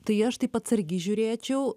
tai aš taip atsargiai žiūrėčiau